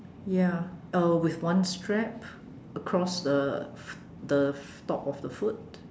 ya uh with one strap across the the top of the foot